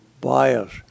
bias